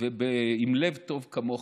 ועם לב טוב כמוך.